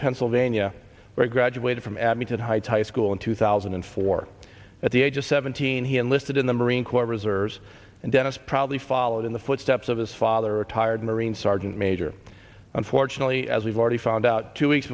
pennsylvania where i graduated from add me to heights high school in two thousand and four at the age of seventeen he enlisted in the marine corps reserves and then it's probably followed in the footsteps of his father retired marine sergeant major unfortunately as we've already found out two weeks